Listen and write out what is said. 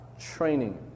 Training